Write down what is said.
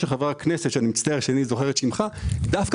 חבר הכנסת אזולאי, דווקא